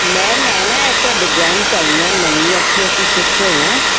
ma'am ਮੈਂ ਨਾ ਐਂ ਤੁਹਾਡੇ ਗੁਆਂਢ 'ਚ ਆਈ ਹਾਂ ਨਵੀਂ ਇੱਥੇ ਅਸੀਂ ਸ਼ਿਫਟ ਹੋਏ ਹਾਂ